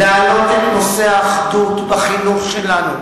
להעלות את נושא האחדות בחינוך שלנו,